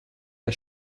der